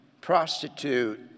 prostitute